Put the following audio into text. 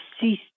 cease